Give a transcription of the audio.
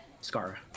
Scar